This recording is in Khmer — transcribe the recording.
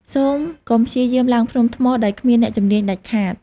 សូមកុំព្យាយាមឡើងភ្នំថ្មដោយគ្មានអ្នកជំនាញដាច់ខាត។